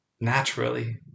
naturally